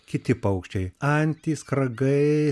kiti paukščiai antys kragai